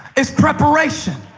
it's preparation.